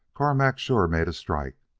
carmack's sure made a strike.